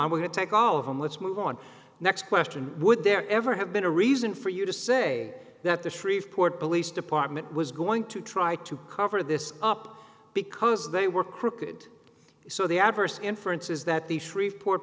when to take all of them let's move on next question would there ever have been a reason for you to say that the shreveport police department was going to try to cover this up because they were crooked so the adverse inference is that the shreveport